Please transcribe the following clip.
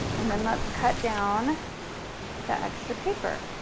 and then let's cut down the extra paper.